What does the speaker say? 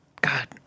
God